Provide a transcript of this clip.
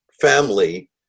Family